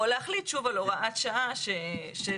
או להחליט שוב על הוראת שעה שתיבחן